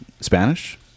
Spanish